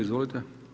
Izvolite.